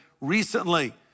recently